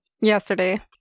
yesterday